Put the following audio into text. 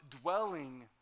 dwelling